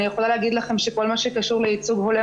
אני יכולה להגיד לכם שכל מה שקשור לייצוג הולם